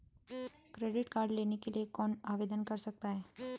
Credit card लेने के लिए कौन आवेदन कर सकता है?